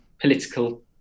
political